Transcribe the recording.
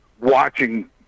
watching